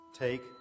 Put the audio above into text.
Take